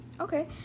Okay